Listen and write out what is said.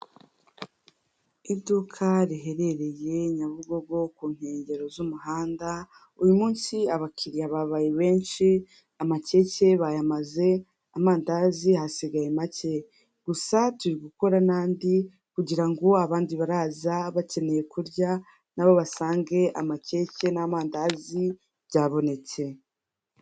Iduka riherereye Nyabugogo, ku nkengero z'umuhanda, uyu munsi abakiriya babaye benshi, amakeke bayamaze, amandazi hasigaye make. Gusa turi gukora n'andi, kugira ngo abandi baraza bakeneye kurya, na bo basange amakeke n'amandazi byabonetse.